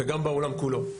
וגם בעולם כולו.